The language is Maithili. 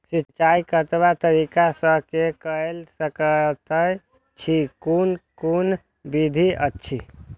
सिंचाई कतवा तरीका स के कैल सकैत छी कून कून विधि अछि?